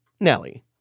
Nelly